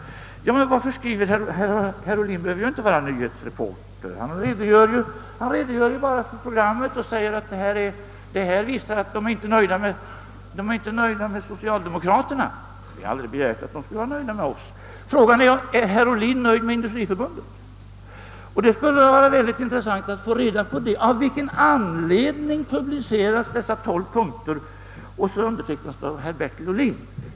Herr Ohlin behöver ju inte vara nyhetsreporter. Han redogör bara för programmet och säger att det visar att man i Industriförbundet inte är nöjd med socialdemokraterna. Men vi har aldrig begärt att man där skall vara nöjd med oss. Frågan är i stället huruvida herr Ohlin är nöjd med Industriförbundet. Det skulle vara mycket intressant att höra av vilken anledning dessa tolv punkter publicerats undertecknade av Bertil Ohlin.